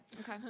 okay